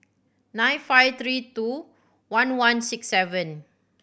nine five three two one one six seven